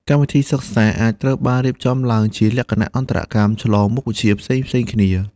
កម្មវិធីសិក្សាអាចត្រូវបានរៀបចំឡើងជាលក្ខណៈអន្តរកម្មឆ្លងមុខវិជ្ជាផ្សេងៗគ្នា។